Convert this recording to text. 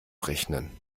rechnen